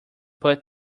put